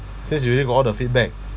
since you already got all the feedback